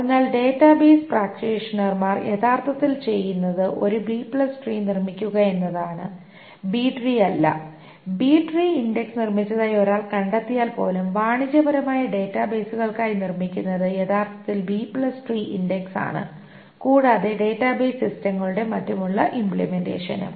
അതിനാൽ ഡാറ്റാബേസ് പ്രാക്ടീഷണർമാർ യഥാർത്ഥത്തിൽ ചെയ്യുന്നത് ഒരു ബി ട്രീ B tree നിർമ്മിക്കുക എന്നതാണ് ബി ട്രീ അല്ല ബി ട്രീ ഇൻഡക്സ് നിർമ്മിച്ചതായി ഒരാൾ കണ്ടെത്തിയാൽ പോലും വാണിജ്യപരമായ ഡാറ്റാബേസുകൾക്കായി നിർമ്മിക്കുന്നത് യഥാർത്ഥത്തിൽ B tree B tree index ആണ് കൂടാതെ ഡാറ്റാബേസ് സിസ്റ്റങ്ങളുടെ മറ്റുള്ള ഇമ്പ്ലിമെന്റേഷനും